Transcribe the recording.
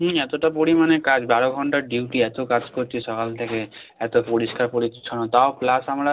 হুম এতটা পরিমাণে কাজ বারো ঘণ্টার ডিউটি এত কাজ করছি সকাল থেকে এত পরিষ্কার পরিচ্ছন্ন তাও প্লাস আমরা